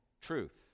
truth